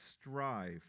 strive